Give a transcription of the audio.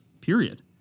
period